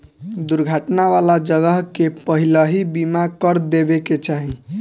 दुर्घटना वाला जगह के पहिलही बीमा कर देवे के चाही